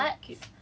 ya